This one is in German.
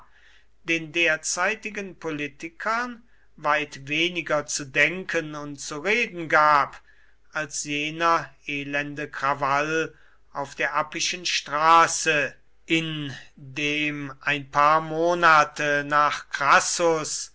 den derzeitigen politikern weit weniger zu denken und zu reden gab als jener elende krawall auf der appischen straße in dem ein paar monate nach crassus